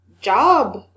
job